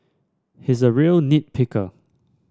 he is a real nit picker